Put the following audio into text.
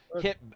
hit